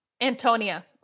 Antonia